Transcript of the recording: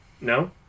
no